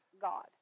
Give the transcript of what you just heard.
God